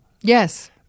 Yes